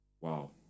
wow